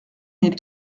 mille